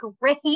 great